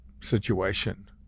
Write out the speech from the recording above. situation